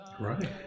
right